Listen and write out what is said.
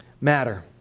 matter